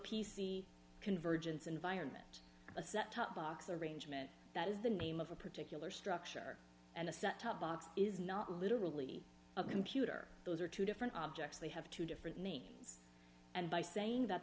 c convergence environment a set top box arrangement that is the name of a particular structure and a set top box is not literally a computer those are two different objects they have two different names and by saying that